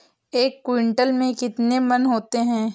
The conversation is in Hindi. एक क्विंटल में कितने मन होते हैं?